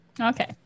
Okay